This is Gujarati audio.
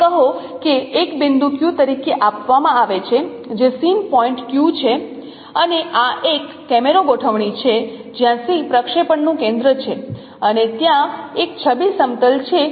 અને કહો કે એક બિંદુ q તરીકે આપવામાં આવે છે જે સીન પોઇન્ટ Q છે અને આ એક કેમેરો ગોઠવણી છે જ્યાં C પ્રક્ષેપણનું કેન્દ્ર છે અને ત્યાં એક છબી સમતલ છે